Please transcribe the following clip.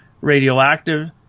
Radioactive